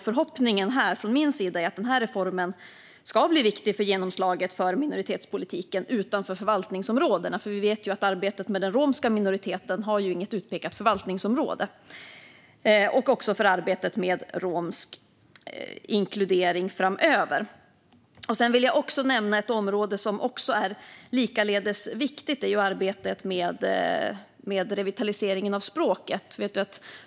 Förhoppningen från min sida är att reformen ska bli viktig för genomslaget för minoritetspolitiken utanför förvaltningsområdena, för som vi vet har arbetet med den romska minoriteten inte något utpekat förvaltningsområde. Det handlar också om arbetet för romsk inkludering framöver. Jag vill också nämna ett område som likaledes är viktigt: arbetet med revitaliseringen av språket.